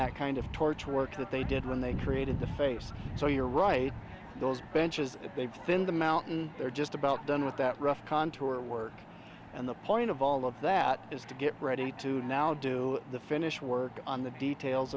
that kind of torture work that they do when they created the face so you're right those benches they've been the mountain they're just about done with that rough contour work and the point of all of that is to get ready to now do the finish work on the details